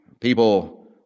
people